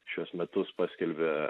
šiuos metus paskelbė